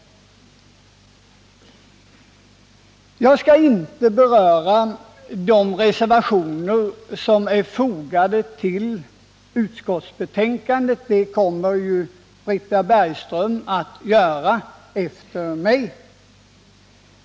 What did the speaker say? Jag skall inte beröra de reservationer som är fogade till utskottsbetänkandet —- det kommer Britta Bergström att göra efter mig.